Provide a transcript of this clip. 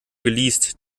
geleast